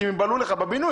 כי הם ייבלעו לך בבינוי.